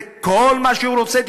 בכל מה שהוא רוצה,